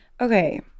Okay